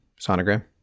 sonogram